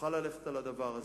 ונוכל ללכת על הדבר הזה.